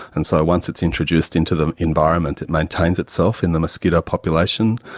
and so once it is introduced into the environment it maintains itself in the mosquito population.